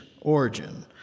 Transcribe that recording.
origin